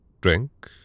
Drink